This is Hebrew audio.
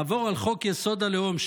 לעבור על חוק-יסוד: הלאום,